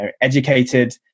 educated